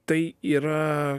tai yra